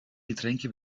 getränke